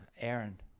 Aaron